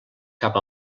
cap